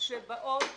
שבאות